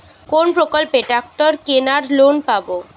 কোন প্রকল্পে ট্রাকটার কেনার লোন পাব?